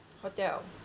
hotel